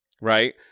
right